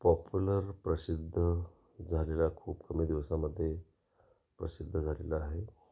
popular प्रसिद्ध झालेला आहे खूप कमी दिवसामध्ये प्रसिद्ध झालेला आहे